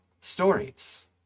stories